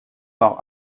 par